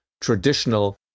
traditional